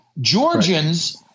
Georgians—